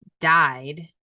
died